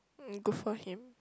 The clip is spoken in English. mm good for him